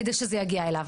כדי שזה יגיע עליהם.